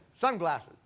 sunglasses